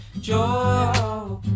Joy